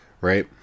right